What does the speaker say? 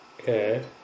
Okay